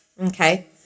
Okay